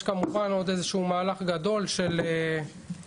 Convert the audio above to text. יש כמובן עוד איזשהו מהלך גדול של אקו,